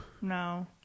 no